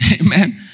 Amen